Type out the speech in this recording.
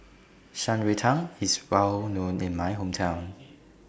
Shan Rui Tang IS Well known in My Hometown